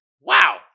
Wow